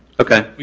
okay.